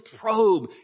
probe